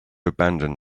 abandon